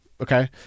Okay